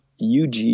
ug